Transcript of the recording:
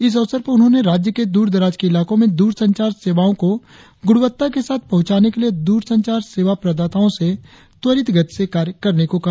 इस अवसर पर उन्होंने राज्य के दूरदराज के इलाकों में दूरसंचार सेवाओ को गुणवत्ता के साथ पहुंचाने के लिए द्ररसंचार सेवा प्रदाताओं से त्वरित गति से कार्य करने को कहा